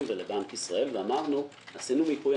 ולבנק ישראל ואמרנו : עשינו מיפוי,